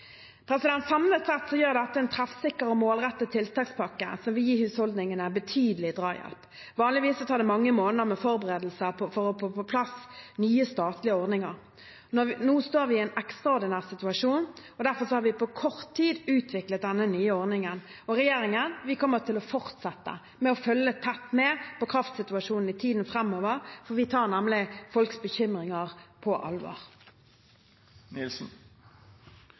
sett gir dette en treffsikker og målrettet tiltakspakke som vil gi husholdningene betydelig drahjelp. Vanligvis tar det mange måneder med forberedelser for å få på plass nye statlige ordninger, men nå står vi i en ekstraordinær situasjon, og derfor har vi på kort tid utviklet denne nye ordningen. Regjeringen kommer til å fortsette å følge nøye med på kraftsituasjonen i tiden framover, for vi tar nemlig folks bekymringer på